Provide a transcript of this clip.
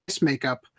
makeup